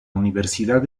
universidad